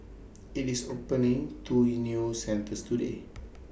IT is opening two new centres today